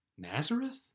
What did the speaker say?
Nazareth